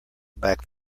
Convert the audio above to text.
back